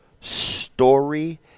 story